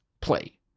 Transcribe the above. play